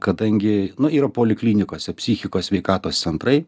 kadangi nu yra poliklinikose psichikos sveikatos centrai